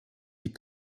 die